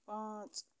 پانٛژھ